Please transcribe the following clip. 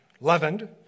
leavened